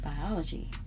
Biology